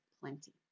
plenty